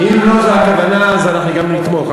אם לא זו הכוונה אנחנו גם נתמוך.